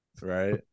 right